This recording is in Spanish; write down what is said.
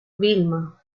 vilma